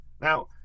Now